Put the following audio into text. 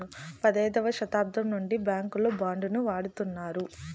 పదైదవ శతాబ్దం నుండి బ్యాంకుల్లో బాండ్ ను వాడుతున్నారు